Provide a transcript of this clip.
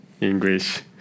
English